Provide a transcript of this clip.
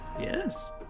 yes